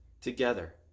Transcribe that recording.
together